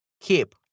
keep